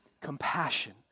compassion